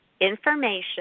information